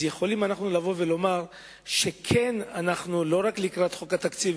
אז יכולים אנחנו לבוא ולומר שלא רק לקראת חוק התקציב